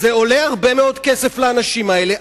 זה עולה הרבה מאוד כסף לאנשים האלה.